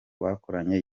bakoranye